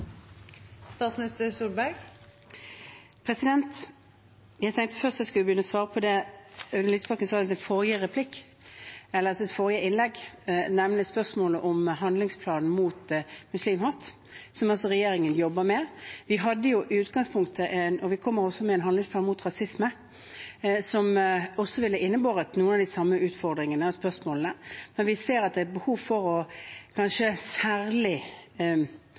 Jeg tenkte jeg først skulle svare på det Audun Lysbakken spurte om i sitt forrige innlegg, som gjaldt handlingsplanen mot muslimhat, som regjeringen jobber med. Vi hadde i utgangspunktet en handlingsplan mot rasisme – det kommer vi også med – som også ville innebåret noen av de samme utfordringene og spørsmålene, men vi ser behov for kanskje særlig